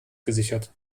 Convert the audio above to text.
gesichert